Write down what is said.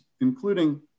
including